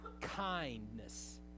kindness